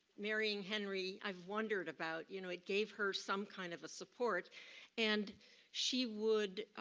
marrying henry, i've wondered about, you know it gave her some kind of a support and she would,